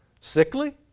sickly